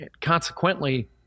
consequently